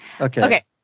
Okay